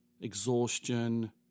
exhaustion